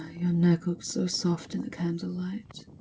your neck looks so soft in the candlelight.